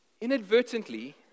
Inadvertently